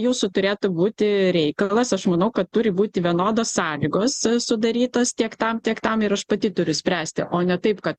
jūsų turėtų būti reikalas aš manau kad turi būti vienodos sąlygos sudarytos tiek tam tiek tam ir aš pati turi spręsti o ne taip kad